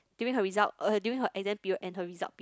during her result uh during her exam period and her result period